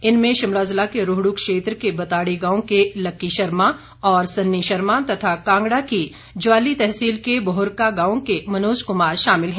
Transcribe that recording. इनमें शिमला ज़िला के रोहड् क्षेत्र के बताड़ी गांव के लक्की शर्मा और सन्नी शर्मा तथा कांगड़ा की ज्वाली तहसील के बोहरका गांव के मनोज कुमार शामिल हैं